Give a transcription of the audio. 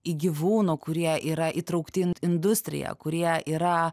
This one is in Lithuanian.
į gyvūnų kurie yra įtraukti industriją kurie yra